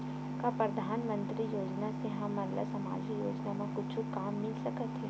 का परधानमंतरी योजना से हमन ला सामजिक योजना मा कुछु काम मिल सकत हे?